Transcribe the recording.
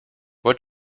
what